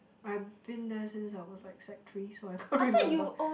I been there since I was like sec three so I don't remember